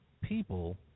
people